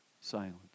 Silence